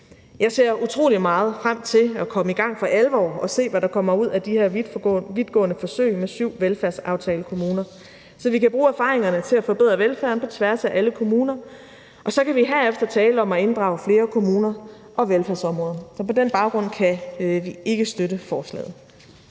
Jeg ser utrolig meget frem til at komme i gang for alvor og se, hvad der kommer ud af de her vidtgående forsøg med syv velfærdsaftalekommuner, så vi kan bruge erfaringerne til at forbedre velfærden på tværs af alle kommuner, og så kan vi herefter tale om at inddrage flere kommuner og velfærdsområder. Så på den baggrund kan vi ikke støtte forslaget.